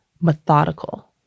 methodical